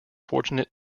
fortunate